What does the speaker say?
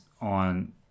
on